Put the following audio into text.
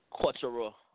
cultural